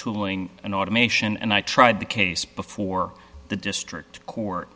tooling and automation and i tried the case before the district court